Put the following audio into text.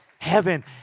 Heaven